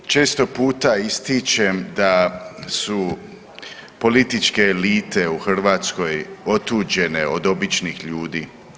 Često puta ističem da su političke elite u Hrvatskoj otuđene od običnih ljudi.